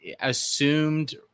assumed